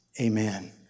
Amen